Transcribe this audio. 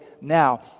now